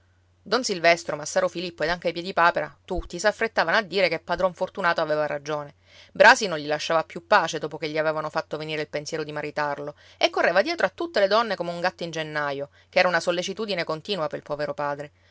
don silvestro massaro filippo ed anche piedipapera tutti s'affrettavano a dire che padron fortunato aveva ragione brasi non gli lasciava più pace dopo che gli avevano fatto venire il pensiero di maritarlo e correva dietro a tutte le donne come un gatto in gennaio ch'era una sollecitudine continua pel povero padre